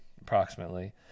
approximately